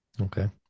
Okay